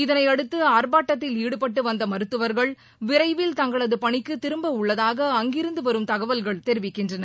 இதனையடுத்து ஆர்ப்பாட்டத்தில் ஈடுபட்டு வந்த மருத்துவர்கள் விரைவில் தங்களது பணிக்கு திரும்ப உள்ளதாக அங்கிருந்து வரும் தகவல்கள் தெரிவிக்கின்றன